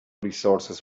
resources